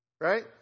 Right